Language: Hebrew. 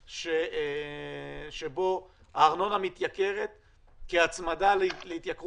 להקפאת העלאת הארנונה לשנת 2021 והקפאת העלאת